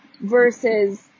versus